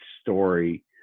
story